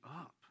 up